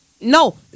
No